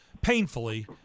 painfully